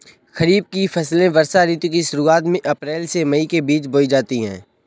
खरीफ की फसलें वर्षा ऋतु की शुरुआत में अप्रैल से मई के बीच बोई जाती हैं